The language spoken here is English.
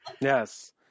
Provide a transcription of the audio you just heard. Yes